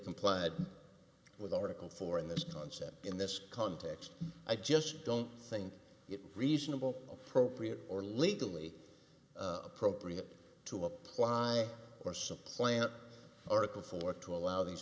complied with article four in this concept in this context i just don't think it reasonable appropriate or legally appropriate to apply or supplant article four to allow these